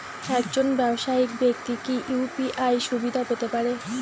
একজন ব্যাবসায়িক ব্যাক্তি কি ইউ.পি.আই সুবিধা পেতে পারে?